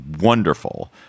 wonderful